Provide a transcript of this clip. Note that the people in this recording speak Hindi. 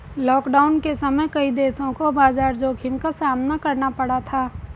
लॉकडाउन के समय कई देशों को बाजार जोखिम का सामना करना पड़ा था